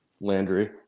Landry